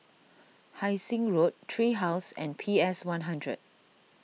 Hai Sing Road Tree House and P S one hundred